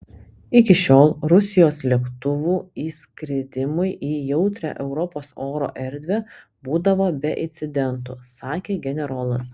iki šiol rusijos lėktuvų įskridimai į jautrią europos oro erdvę būdavo be incidentų sakė generolas